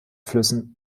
flüssen